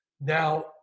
now